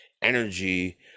energy